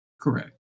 Correct